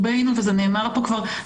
כאמור,